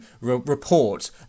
report